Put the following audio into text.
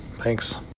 Thanks